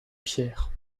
pierre